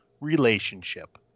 relationship